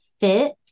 fit